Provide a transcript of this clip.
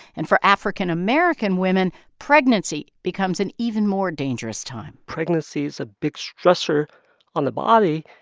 and for african-american women, pregnancy becomes an even more dangerous time pregnancy is a big stressor on the body,